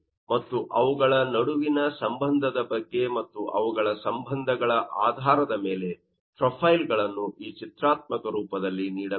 ಮತ್ತು ಅವುಗಳ ನಡುವಿನ ಸಂಬಂಧದ ಬಗ್ಗೆ ಮತ್ತು ಅವುಗಳ ಸಂಬಂಧಗಳ ಆಧಾರದ ಮೇಲೆ ಪ್ರೊಫೈಲ್ಗಳನ್ನು ಈ ಚಿತ್ರಾತ್ಮಕ ರೂಪದಲ್ಲಿ ನೀಡಲಾಗಿದೆ